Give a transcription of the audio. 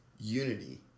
Unity